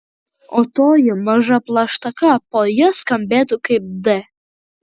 o toji maža plaštaka po ja skambėtų kaip d